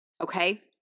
Okay